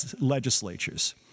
legislatures